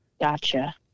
Gotcha